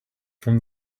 from